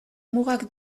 mugak